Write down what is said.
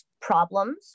problems